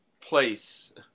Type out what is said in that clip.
place